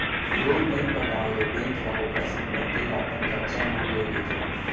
loan नइ पटाए ले बेंक ह ओखर संपत्ति ल अपन कब्जा म ले लेथे